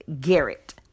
Garrett